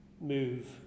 move